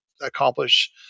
accomplish